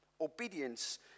Obedience